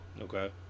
Okay